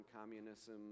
communism